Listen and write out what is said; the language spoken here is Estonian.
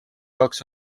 jaoks